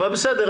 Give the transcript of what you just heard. אבל בסדר,